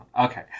okay